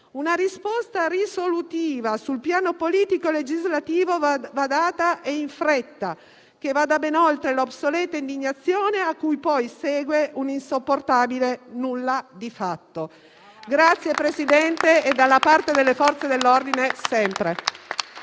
Una risposta risolutiva sul piano politico e legislativo va data e in fretta, che vada ben oltre l'obsoleta indignazione a cui poi segue un insopportabile nulla di fatto. La ringrazio, Presidente, e dalla parte delle Forze dell'ordine sempre.